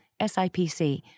SIPC